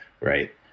right